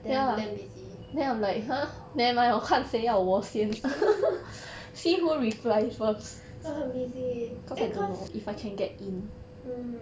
then damn busy busy eh cause mm